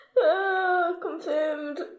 Confirmed